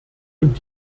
und